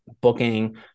booking